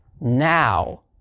now